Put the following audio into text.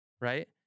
right